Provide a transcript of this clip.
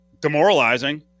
demoralizing